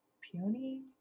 Peony